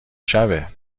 شبه